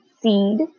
seed